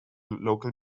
local